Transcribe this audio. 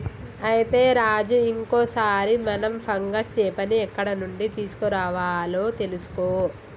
అయితే రాజు ఇంకో సారి మనం ఫంగస్ చేపని ఎక్కడ నుండి తీసుకురావాలో తెలుసుకో